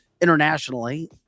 internationally